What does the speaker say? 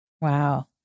Wow